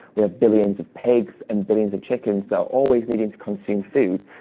we have billions of pigs and billions of chickens that are always needing to consume food,